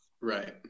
Right